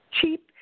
cheap